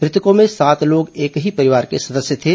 मृतकों में सात लोग एक ही परिवार के सदस्य थे